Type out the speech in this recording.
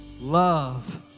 Love